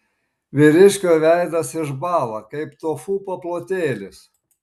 vyriškio veidas išbąla kaip tofu paplotėlis